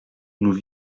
nous